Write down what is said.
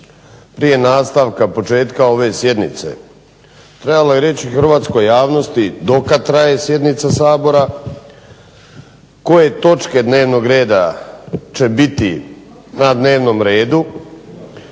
prije nastavka, početka ove sjednice, trebalo je reći Hrvatskoj javnosti do kada traje sjednica Sabora, koje točke dnevnog reda će biti na dnevnom redu